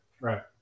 Right